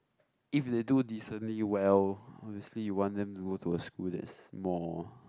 if they do decently well obviously you want them to go to a school that's more